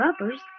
rubbers